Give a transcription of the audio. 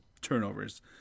turnovers